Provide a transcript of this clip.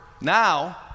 Now